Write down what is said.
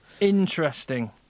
Interesting